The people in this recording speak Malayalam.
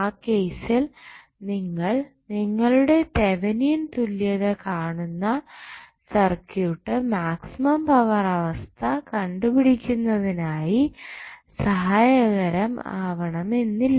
ആ കേസിൽ നിങ്ങൾ നിങ്ങളുടെ തെവനിയൻ തുല്യത കാണുന്ന സർക്യൂട്ട് മാക്സിമം പവർ അവസ്ഥ കണ്ടു പിടിക്കുന്നതിനായി സഹായകരം ആവണമെന്ന് ഇല്ല